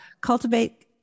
cultivate